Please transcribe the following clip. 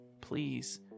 Please